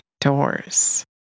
doors